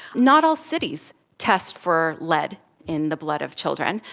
not all cities test for lead in the blood of children,